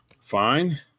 fine